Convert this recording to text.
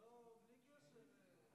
מה שהסביר כאן היטב קודמי לגבי החוק